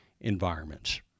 environments